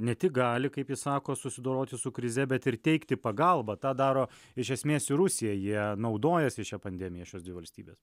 ne tik gali kaip ji sako susidoroti su krize bet ir teikti pagalbą tą daro iš esmės ir rusija jie naudojasi šia pandemija šios dvi valstybės